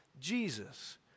Jesus